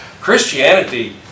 Christianity